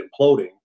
imploding